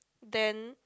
then